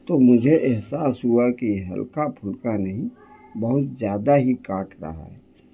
تو مجھے احساس ہوا کہ ہلکا پھلکا نہیں بہت زیادہ ہی کاٹ رہا